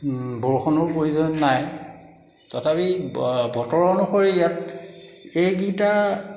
বৰষুণো প্ৰয়োজন নাই তথাপি ব বতৰ অনুসৰি ইয়াত এইগিটা